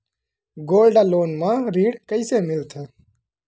Gold loan म ऋण कइसे मिलथे?